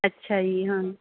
ਅੱਛਾ ਜੀ ਹਾਂ